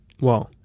Wow